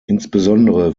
insbesondere